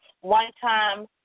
one-time